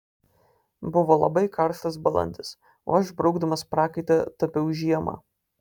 buvo labai karštas balandis o aš braukdamas prakaitą tapiau žiemą